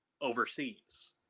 overseas